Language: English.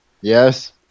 yes